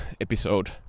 episode